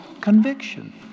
conviction